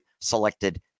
selected